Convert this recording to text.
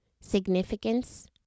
Significance